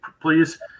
please